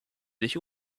nicht